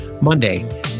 Monday